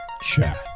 Chat